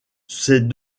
ces